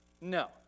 No